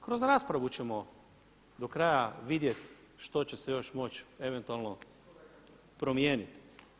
Kroz raspravu ćemo do kraja vidjeti što će se još moći eventualno promijeniti.